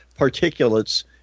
particulates